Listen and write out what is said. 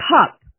Cup